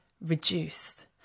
reduced